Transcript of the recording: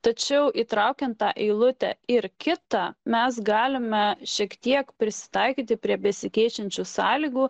tačiau įtraukiant tą eilutę ir kitą mes galime šiek tiek prisitaikyti prie besikeičiančių sąlygų